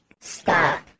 Stop